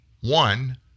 one